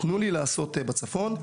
תנו לי לעשות בצפון.